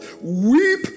weep